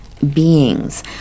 beings